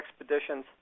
expeditions